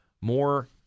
more